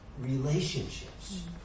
relationships